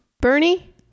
bernie